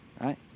right